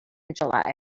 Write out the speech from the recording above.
july